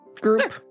group